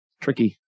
Tricky